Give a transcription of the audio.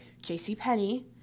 JCPenney